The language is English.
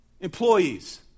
Employees